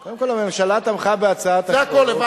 קודם כול, הממשלה תמכה בהצעת החוק, זה הכול.